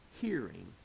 hearing